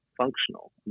functional